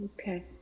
Okay